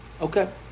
Okay